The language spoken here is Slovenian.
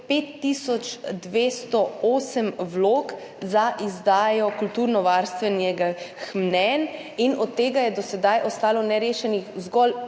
208 vlog za izdajo kulturnovarstvenih mnenj in od tega je do sedaj ostalo nerešenih zgolj